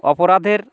অপরাধের